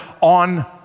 on